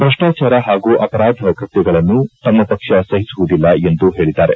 ಭ್ರಷ್ಲಾಚಾರ ಹಾಗೂ ಅಪರಾಧ ಕೃತ್ಯಗಳನ್ನು ತಮ್ನ ಪಕ್ಷ ಸಹಿಸುವುದಿಲ್ಲ ಎಂದು ಹೇಳಿದ್ದಾರೆ